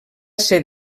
ser